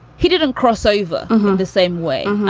he didn't cross over the same way.